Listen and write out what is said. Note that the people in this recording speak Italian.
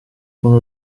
come